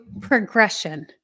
Progression